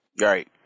Right